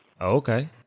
Okay